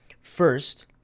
First